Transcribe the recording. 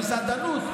המסעדנות.